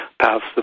paths